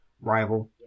rival